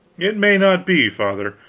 it may not be, father.